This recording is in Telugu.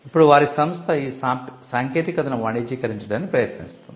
ఇప్పుడు వారి సంస్థ ఈ సాంకేతికతను వాణిజ్యీకరించడానికి ప్రయత్నిస్తుంది